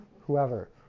whoever